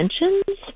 intentions